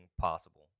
possible